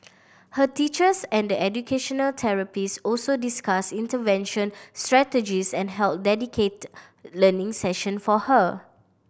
her teachers and the educational therapists also discussed intervention strategies and held dedicated learning session for her